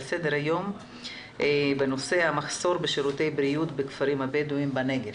סדר היום המחסור בשירותי בריאות בכפרים הבדואים בנגב.